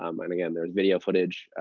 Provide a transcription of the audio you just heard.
um and again, there's video footage.